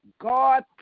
God